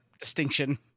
distinction